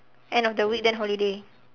end of the week then holiday